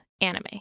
anime